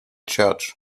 church